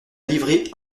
livrée